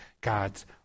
God's